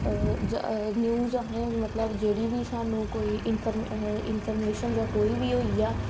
news असें मतलब जेह्ड़ी बी सानूं कोई इन्फर्म इन्फर्मेशन जां कोई बी होइया